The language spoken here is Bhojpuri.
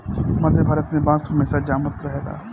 मध्य भारत में बांस हमेशा जामत रहेला